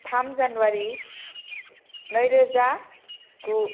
थाम जानुवारी नैरोजा गु